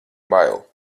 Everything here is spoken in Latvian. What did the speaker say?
bail